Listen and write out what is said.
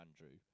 Andrew